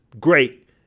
Great